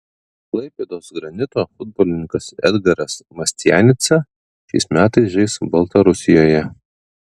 klaipėdos granito futbolininkas edgaras mastianica šiais metais žais baltarusijoje